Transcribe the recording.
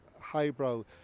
highbrow